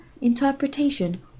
interpretation